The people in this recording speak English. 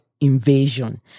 invasion